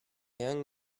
young